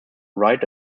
write